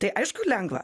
tai aišku lengva